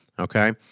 Okay